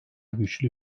güçlü